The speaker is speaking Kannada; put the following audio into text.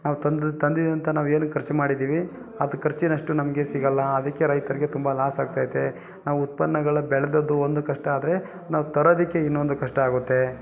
ನಾವು ತಂದ್ರೆ ತಂದಿದಂಥ ನಾವೇನು ಖರ್ಚು ಮಾಡಿದ್ದೀವಿ ಅದು ಖರ್ಚಿನಷ್ಟು ನಮಗೆ ಸಿಗಲ್ಲ ಅದಕ್ಕೆ ರೈತರಿಗೆ ತುಂಬ ಲಾಸ್ ಆಗ್ತೈತೆ ನಾವು ಉತ್ಪನ್ನಗಳ ಬೆಳೆದದ್ದು ಒಂದು ಕಷ್ಟ ಆದರೆ ನಾವು ತರೋದಕ್ಕೆ ಇನ್ನೊಂದು ಕಷ್ಟ ಆಗುತ್ತೆ